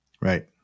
Right